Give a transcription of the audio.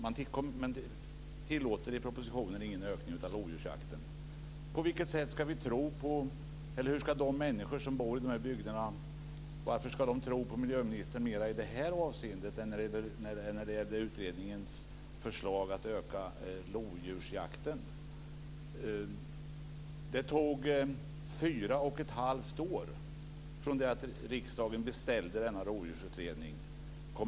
Enligt propositionen tillåts ingen ökning av lodjursjakten. Varför ska de människor som bor i dessa bygder tro på miljöministern mera i det här avseendet än när det gäller utredningens förslag att öka lodjursjakten? Det tog 4 1⁄2 år från det att riksdagen beställde en rovdjursutredning att få fram den.